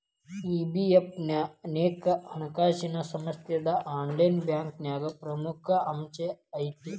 EBP ಅನೇಕ ಹಣಕಾಸಿನ್ ಸಂಸ್ಥಾದಾಗ ಆನ್ಲೈನ್ ಬ್ಯಾಂಕಿಂಗ್ನ ಪ್ರಮುಖ ಅಂಶಾಐತಿ